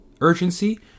urgency